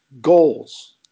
goals